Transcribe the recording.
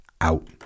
Out